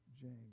James